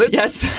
yes.